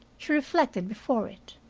she reflected before it.